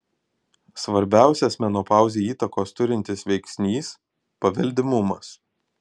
svarbiausias menopauzei įtakos turintis veiksnys paveldimumas